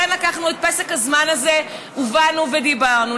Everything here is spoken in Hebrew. לכן לקחנו את פסק הזמן הזה ובאנו ודיברנו.